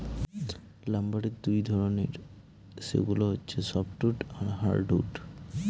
লাম্বারের দুই ধরনের, সেগুলা হচ্ছে সফ্টউড আর হার্ডউড